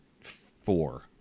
four